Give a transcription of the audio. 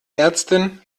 ärztin